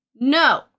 No